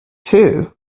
too